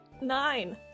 Nine